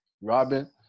Robin